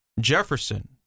Jefferson